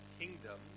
kingdom